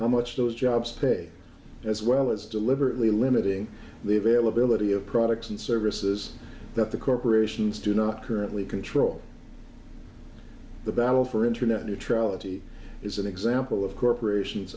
how much those jobs pay as well as deliberately limiting the availability of products and services that the corporations do not currently control the battle for internet neutrality is an example of corporations